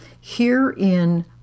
Herein